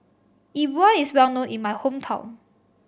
Yi Bua is well known in my hometown